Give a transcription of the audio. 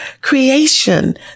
creation